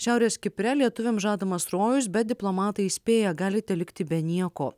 šiaurės kipre lietuviams žadamas rojus bet diplomatai įspėja galite likti be nieko